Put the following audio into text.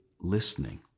listening